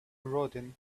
rodin